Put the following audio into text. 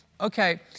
okay